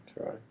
try